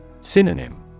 Synonym